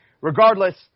Regardless